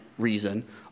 Reason